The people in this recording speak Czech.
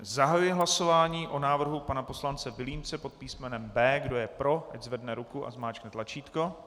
Zahajuji hlasování o návrhu pana poslance Vilímce pod písmenem B. Kdo je pro, ať zvedne ruku a zmáčkne tlačítko.